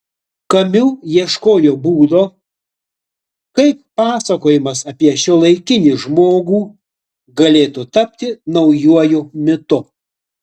kamiu ieškojo būdo kaip pasakojimas apie šiuolaikinį žmogų galėtų tapti naujuoju mitu